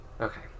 Okay